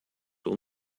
will